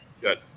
Good